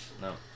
No